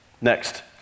Next